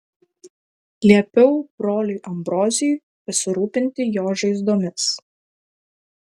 liepiau broliui ambrozijui pasirūpinti jo žaizdomis